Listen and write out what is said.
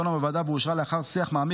נדונה בוועדה ואושרה לאחר שיח מעמיק